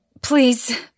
Please